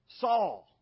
Saul